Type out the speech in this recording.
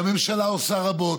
והממשלה עושה רבות,